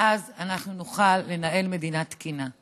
ואז אנחנו נוכל לנהל מדינה תקינה.